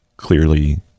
clearly